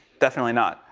definitely not.